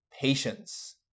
patience